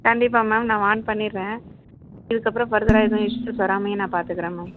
கண்டிப்பாக மேம் நான் வார்ன் பண்ணிடுறேன் இதற்கப்பறம் ஃபர்தராக எதுவும் இஷ்யூஸ் வராமையும் நான் பார்த்துக்கறேன் மேம்